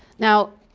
now